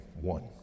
one